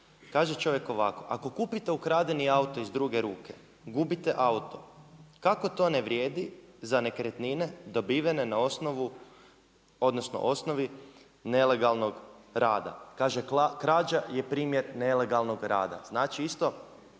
Kaže čovjek ovako: „Ako kupite ukradeni auto iz druge ruke gubite auto. Kako to ne vrijedi za nekretnine dobivene na osnovu odnosno osnovi nelegalnog rada? Kaže krađa je primjer nelegalnog rada. Znači isto